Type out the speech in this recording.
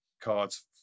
cards